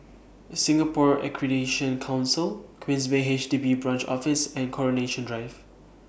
Singapore Accreditation Council Queensway H D B Branch Office and Coronation Drive